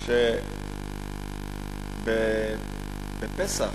שבפסח